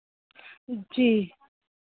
जी